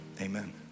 amen